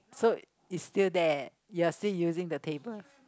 so it's still there you're still using the table